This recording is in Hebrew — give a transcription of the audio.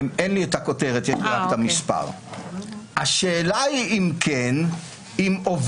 אין לי את הכותרת, יש לי רק את המספר.